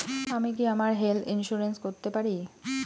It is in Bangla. আমি কি আমার হেলথ ইন্সুরেন্স করতে পারি?